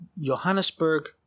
Johannesburg